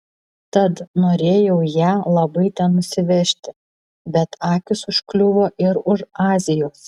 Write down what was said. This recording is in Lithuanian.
tad norėjau ją labai ten nusivežti bet akys užkliuvo ir už azijos